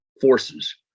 forces